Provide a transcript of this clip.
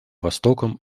востоком